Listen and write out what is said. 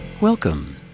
Welcome